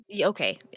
Okay